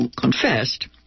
confessed